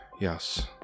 yes